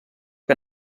que